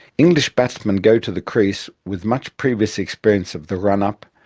english batsmen go to the crease with much previous experience of the run up,